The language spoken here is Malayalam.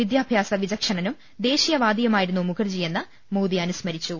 വിദ്യാഭ്യാസ വിചക്ഷണനും ദേശീയവാദിയുമായിരുന്നു മുഖർജിയെന്ന് മോദി അനുസ്മരിച്ചു